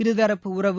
இருதரப்பு உறவு